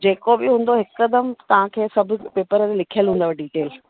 जेको बि हूंदो हिकदमि तव्हांखे सभु पेपर ते लिखियलु हूंदव डिटेल